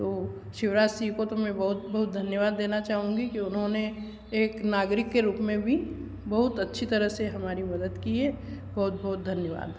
तो शिवराज सिंह को तो मैं बहुत बहुत धन्यवाद देना चाहूँगी कि उन्होंने एक नागरिक के रूप में भी बहुत अच्छी तरह से हमारी मदद की है बहुत बहुत धन्यवाद